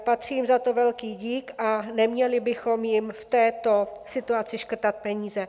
Patří jim za to velký dík a neměli bychom jim v této situaci škrtat peníze.